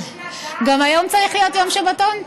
גם היום צריך להיות יום שבתון?